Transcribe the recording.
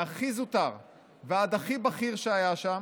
מהכי זוטר ועד הכי בכיר שהיה שם,